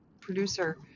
producer